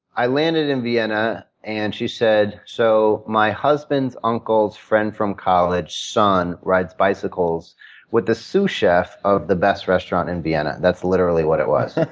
i landed in vienna, and she said, so my husband's uncle's friend-from-college's son rides bicycles with the sous-chef of the best restaurant in vienna. that's literally what it was.